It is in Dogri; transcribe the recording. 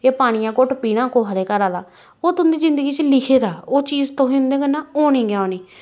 ते पानिया दा घुट्ट पानी ऐ कुसै दे घरा दा ओह् तुं'दी जिन्दगी च लिखे दा ऐ ओह् चीज तहें उं'दे कन्नै होनी गै होनी